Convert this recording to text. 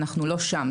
אנחנו לא שם.